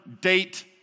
date